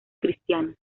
cristianos